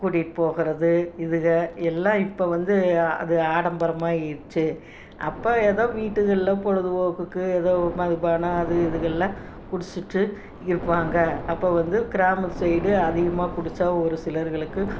கூட்டிகிட்டு போகிறது இதுகள் எல்லாம் இப்போ வந்து அது ஆடம்பரமாக ஆயிடிச்சு அப்போ ஏதோ வீட்டுகளில் பொழுதுபோக்குக்கு ஏதோ மதுபானம் அது இதுகள்லாம் குடிச்சுட்டு இருப்பாங்க அப்போ வந்து கிராமத்து சைடு அதிகமாக குடித்தா ஒரு சிலர்களுக்கு